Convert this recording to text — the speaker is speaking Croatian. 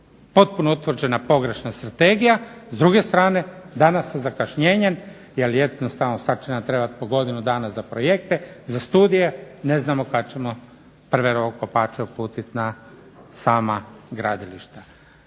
Potpuno utvrđena pogrešna strategija s druge strane, danas sa zakašnjenjem, jer jednostavno sada će nam trebati po godinu dana za projekte, za studije, ne znamo kada ćemo rovokopače uputiti na sama gradilišta.